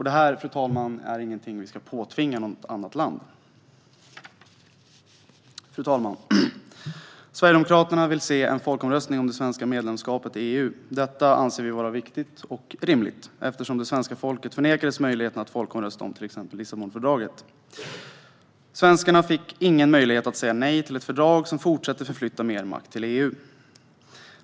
Det här, fru talman, är inget vi ska påtvinga något annat land. Fru talman! Sverigedemokraterna vill se en folkomröstning om det svenska medlemskapet i EU. Detta anser vi vara viktigt och rimligt eftersom det svenska folket förnekades möjligheten att folkomrösta om till exempel Lissabonfördraget. Svenskarna fick ingen möjlighet att säga nej till ett fördrag som fortsätter att förflytta makt till EU.